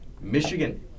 Michigan